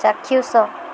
ଚାକ୍ଷୁଷ